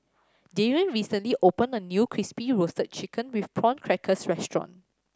Darrion recently opened a new Crispy Roasted Chicken with Prawn Crackers restaurant